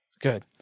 Good